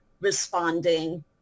responding